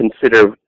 consider